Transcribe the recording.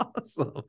awesome